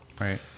right